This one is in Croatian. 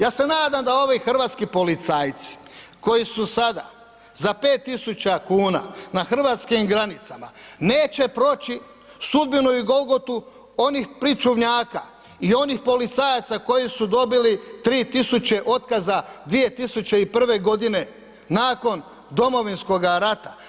Ja se nadam da ovi hrvatski policajci koji su sada za 5 tisuća kn na hrvatskim granicama neće proći sudbinu i golgotu onih pričuvnjaka i onih policajaca koji su dobili 3000 otkaza 2001. godine nakon Domovinskoga rata.